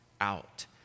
out